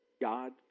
God